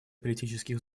политических